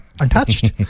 untouched